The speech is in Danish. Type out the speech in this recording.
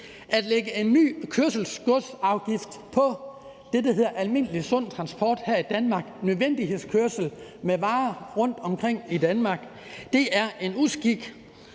At lægge en ny godskørselsafgift på det, der hedder almindelig sund transport her i Danmark – nødvendighedskørsel med varer rundtomkring i Danmark – er en uskik.